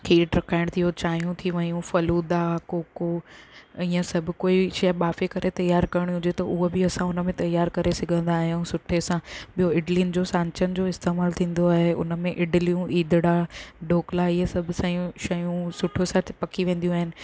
खीरु टहिकाइणु थियो चांहियूं थी वयूं फलूदा कोको ऐं इहे सभु कोई शइ ॿाफे करे तियारु करिणी हुजे त उहा बि असां हुन में तियारु करे सघंदा आहियूं सुठे सां ॿियो इडलियुनि जो सांचनि जो इस्तेमालु थींदो आहे हुन में इडलियूं इदड़ा ढोकला इहे सभु सयूं शयूं सुठो सां त पकी वेंदियूं आहिनि